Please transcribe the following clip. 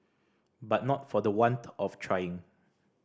but not for the want of trying